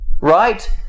right